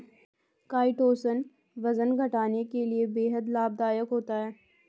chitosan वजन घटाने के लिए बेहद लाभदायक होता है